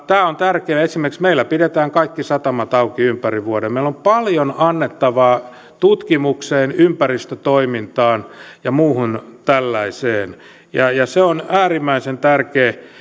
tämä on tärkeää esimerkiksi meillä pidetään kaikki satamat auki ympäri vuoden meillä on paljon annettavaa tutkimukseen ympäristötoimintaan ja muuhun tällaiseen ja ja se on äärimmäisen tärkeää